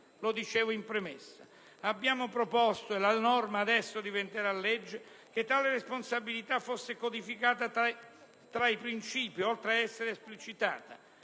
lo dicevo in premessa. Abbiamo proposto, e la norma ora diventerà legge, che tale responsabilità fosse codificata tra i principi, oltre ad essere esplicitata,